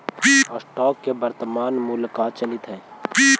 stocks के वर्तनमान मूल्य का चलित हइ